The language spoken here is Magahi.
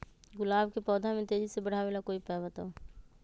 गुलाब के पौधा के तेजी से बढ़ावे ला कोई उपाये बताउ?